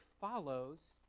follows